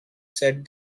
said